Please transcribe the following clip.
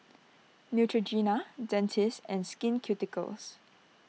Neutrogena Dentiste and Skin Ceuticals